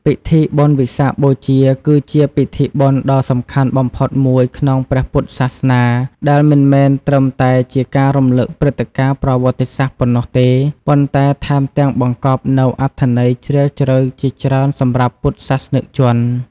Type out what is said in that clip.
ពិធីបុណ្យវិសាខបូជា គឺជាពិធីបុណ្យដ៏សំខាន់បំផុតមួយក្នុងព្រះពុទ្ធសាសនា ដែលមិនមែនត្រឹមតែជាការរំលឹកព្រឹត្តិការណ៍ប្រវត្តិសាស្ត្រប៉ុណ្ណោះទេ ប៉ុន្តែថែមទាំងបង្កប់នូវអត្ថន័យជ្រាលជ្រៅជាច្រើនសម្រាប់ពុទ្ធសាសនិកជន។